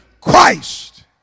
Christ